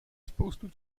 spoustu